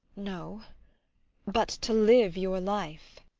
no but to live your life.